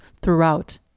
throughout